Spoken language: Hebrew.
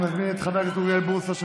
אני מזמין את חבר הכנסת אוריאל בוסו,